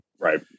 Right